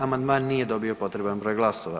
Amandman nije dobio potreban broj glasova.